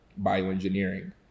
bioengineering